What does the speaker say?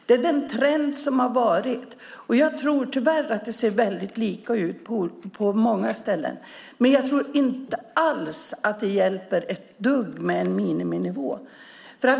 Det är den trend som har varit, och jag tror tyvärr att det ser väldigt likadant ut på många ställen. Men jag tror inte alls att det hjälper ett dugg med en miniminivå.